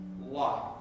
life